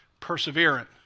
perseverant